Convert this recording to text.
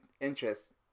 interest